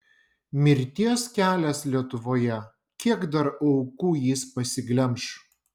mirties kelias lietuvoje kiek dar aukų jis pasiglemš